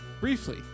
Briefly